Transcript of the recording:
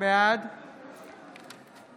בעד